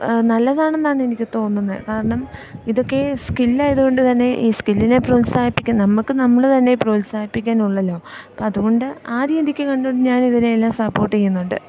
നല്ലതാണെന്നാണ് എനിക്ക് തോന്നുന്നത് കാരണം ഇതൊക്കെ സ്കില്ല് ആയതുകൊണ്ട് തന്നെ ഈ സ്കില്ലിനെ പ്രോത്സാഹിപ്പിക്കാൻ നമുക്ക് നമ്മൾ തന്നെ പ്രോത്സാഹിപ്പിക്കാനുള്ളല്ലോ അപ്പം അതുകൊണ്ട് ആ രീതിക്ക് കണ്ടുകൊണ്ട് ഞാൻ ഇതിനെയെല്ലാം സപ്പോർട്ട് ചെയ്യുന്നുണ്ട്